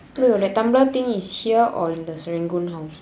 that thunder thing is at serangoon or at his house